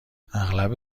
اغلب